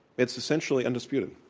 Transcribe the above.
it's essentially undisputed.